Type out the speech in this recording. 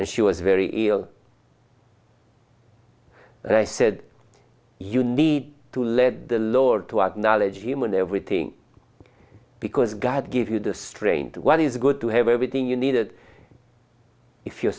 and she was very ill and i said you need to lead the lord to acknowledge him and everything because god gave you the strange what is good to have everything you needed if you're